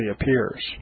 appears